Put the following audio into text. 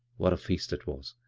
what a feast it was,